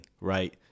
right